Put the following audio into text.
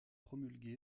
promulguée